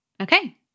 Okay